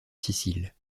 sicile